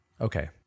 Okay